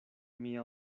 mia